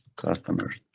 customers.